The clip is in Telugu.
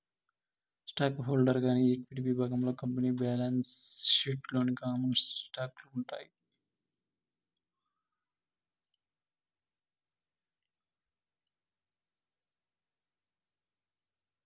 స్టాకు హోల్డరు గారి ఈక్విటి విభాగంలో కంపెనీ బాలన్సు షీట్ లోని కామన్ స్టాకులు ఉంటాయి